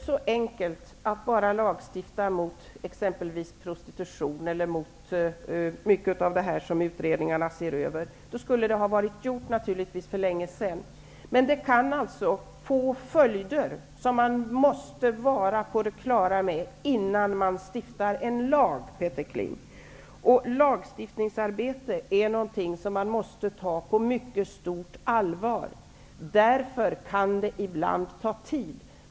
Herr talman! Det är inte bara så enkelt som att lagstifta mot exempelvis prostitution eller mot många av de företeelser som utredningarna ser över. Då skulle det naturligtvis ha varit gjort för länge sedan. Det kan få följder som man måste vara på det klara med innan man stiftar en lag, Peter Lagstiftningsarbete är någonting som man måste ta på mycket stort allvar. Därför kan det ibland ta tid.